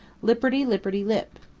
lipperty-lipperty-lip.